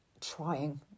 trying